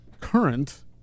current